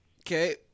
Okay